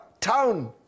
town